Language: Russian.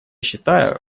считаю